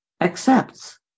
accepts